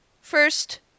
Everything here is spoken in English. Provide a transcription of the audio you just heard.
first